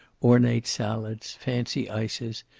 ornate salads, fancy ices,